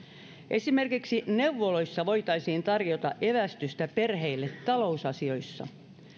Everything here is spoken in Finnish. esimerkiksi neuvoloissa voitaisiin tarjota evästystä perheille talousasioissa